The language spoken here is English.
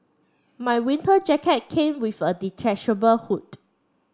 my winter jacket came with a detachable hood